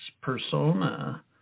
persona